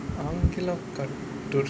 அவனு கெல்லாம் கட்டுரை:avanu kellaam katturai